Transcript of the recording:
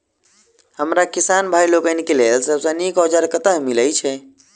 हमरा किसान भाई लोकनि केँ लेल सबसँ नीक औजार कतह मिलै छै?